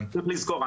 צריך לזכור,